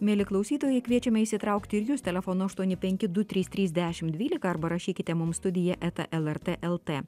mieli klausytojai kviečiami įsitraukti ir jūs telefonu aštuoni penki du trys trys dešimt dvylika arba rašykite mums studija eta lrt lt